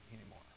anymore